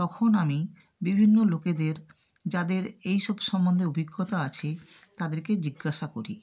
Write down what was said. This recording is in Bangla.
তখন আমি বিভিন্ন লোকেদের যাদের এই সব সম্বন্ধে অভিজ্ঞতা আছে তাদেরকে জিজ্ঞাসা করি